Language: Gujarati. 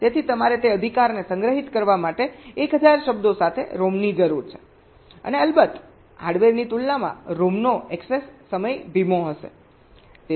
તેથી તમારે તે અધિકારને સંગ્રહિત કરવા માટે 1000 શબ્દો સાથે ROMની જરૂર છે અને અલબત્ત હાર્ડવેરની તુલનામાં ROMનો એક્સેસ સમય ધીમો હશે